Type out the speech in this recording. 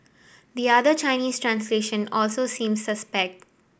the other Chinese translation also seems suspect